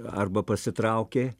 arba pasitraukė